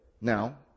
Now